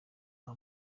nta